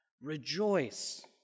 Rejoice